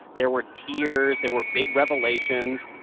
there were tears. there were big revelations.